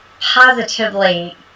positively